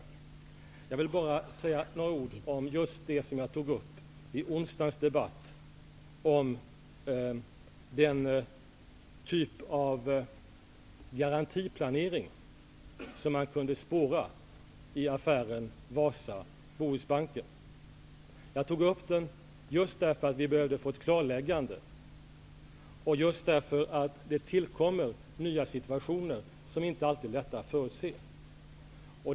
Men jag vill säga några ord om det som jag tog upp i onsdagens debatt om den typ av garantiplanering som man kunde spåra i affären Wasa-- Bohusbanken. Jag tog upp den just därför att vi behövde få ett klarläggande och därför att det tillkommer nya situationer som inte alltid är så lätta att förutse.